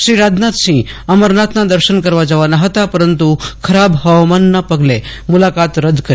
શ્રી રાજનાથસિંહ અમરનાથનાં દર્શન કરવા જવાના હતા પરંતુ ખરાબ હવામાનના પગલે મુલાકાત રદ્દ કરી